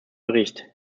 bericht